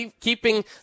keeping